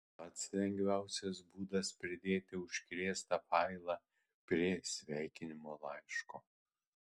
pats lengviausias būdas pridėti užkrėstą failą prie sveikinimo laiško